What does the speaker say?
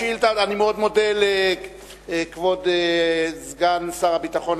אני מאוד מודה לכבוד סגן שר הביטחון,